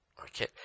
Okay